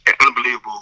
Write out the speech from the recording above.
unbelievable